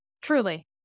Truly